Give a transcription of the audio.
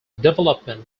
development